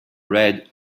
red